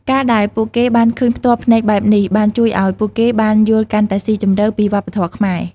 ការដែលពួកគេបានឃើញផ្ទាល់ភ្នែកបែបនេះ បានជួយឲ្យពួកគេបានយល់កាន់តែស៊ីជម្រៅពីវប្បធម៌ខ្មែរ។